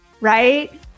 right